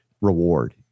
reward